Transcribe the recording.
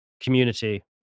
community